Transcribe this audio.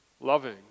loving